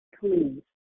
please